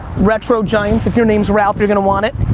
retro giants, if you're name's ralph, you're gonna want it.